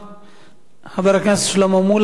חבר הכנסת שלמה מולה, בבקשה.